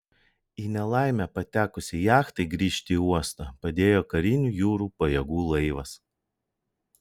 į nelaimę patekusiai jachtai grįžti į uostą padėjo karinių jūrų pajėgų laivas